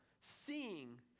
seeing